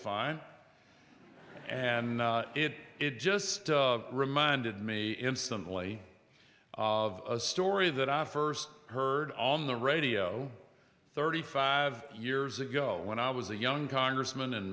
fine and it just reminded me instantly of a story that i first heard on the radio thirty five years ago when i was a young congressman and